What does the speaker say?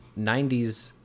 90s